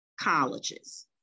colleges